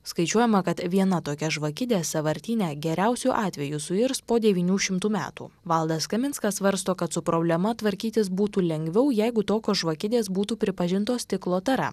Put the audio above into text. skaičiuojama kad viena tokia žvakidė sąvartyne geriausiu atveju suirs po devynių šimtų metų valdas kaminskas svarsto kad su problema tvarkytis būtų lengviau jeigu tokios žvakidės būtų pripažintos stiklo tara